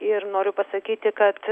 ir noriu pasakyti kad